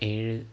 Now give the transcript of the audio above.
ഏഴ്